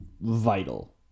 vital